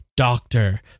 doctor